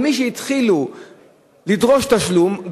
אבל משהתחילו לדרוש תשלום,